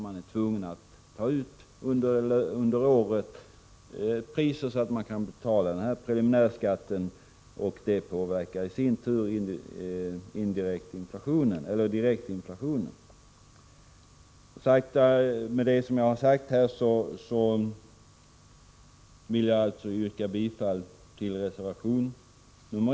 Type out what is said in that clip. Man är tvungen att under året ta ut sådana priser att man kan betala preliminärskatten, och detta påverkar i sin tur direkt inflationen. Med det jag har sagt vill jag yrka bifall till reservation 1.